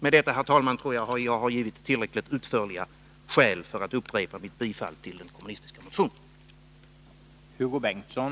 Med detta, herr talman, tror jag att jag har gett tillräckligt utförliga skäl för att upprepa mitt yrkande om bifall till den kommunistiska motionen.